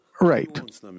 Right